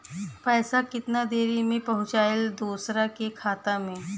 पैसा कितना देरी मे पहुंचयला दोसरा के खाता मे?